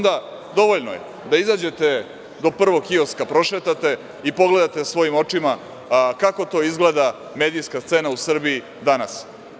Dovoljno je da izađete do prvog kioska, prošetate i pogledate svojim očima kako to izgleda medijska scena u Srbiji danas.